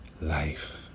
life